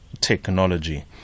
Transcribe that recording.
technology